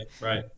right